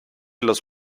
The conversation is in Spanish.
los